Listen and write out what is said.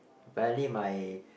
barely my